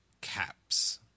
caps